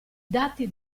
dati